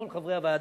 כל חברי הוועדה,